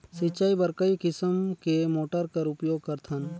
सिंचाई बर कई किसम के मोटर कर उपयोग करथन?